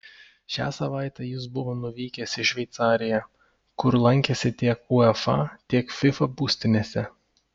šią savaitę jis buvo nuvykęs į šveicariją kur lankėsi tiek uefa tiek fifa būstinėse